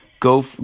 Go